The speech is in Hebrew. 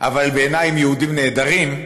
אבל בעיניי הם יהודים נהדרים,